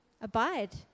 abide